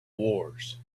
wars